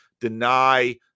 deny